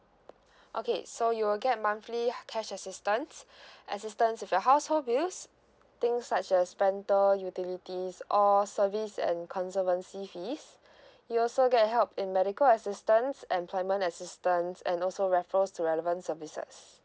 okay so you will get monthly cash assistance assistance of your household bills things such as rental utilities all service and conservancy fees you also get help in medical assistance employment assistance and also referrals to relevant services